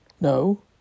No